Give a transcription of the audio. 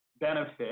benefit